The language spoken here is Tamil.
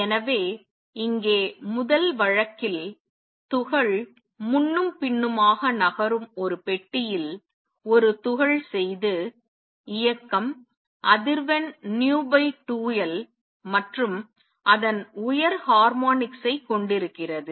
எனவே இங்கே முதல் வழக்கில் துகள் முன்னும் பின்னுமாக நகரும் ஒரு பெட்டியில் ஒரு துகள் செய்து இயக்கம் அதிர்வெண் v2L மற்றும் அதன் உயர் ஹார்மோனிக்ஸ் ஐ கொண்டிருக்கிறது